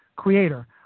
Creator